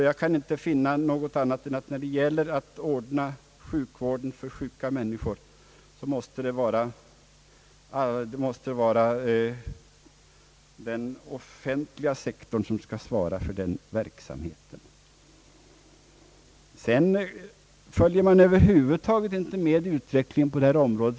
Jag kan inte finna annat än att det måste vara den offentliga sektorn som skall ordna sjukvård för sjuka människor. Man följer från folkpartiets sida över huvud taget inte med utvecklingen på detta område.